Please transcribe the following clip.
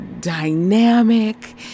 dynamic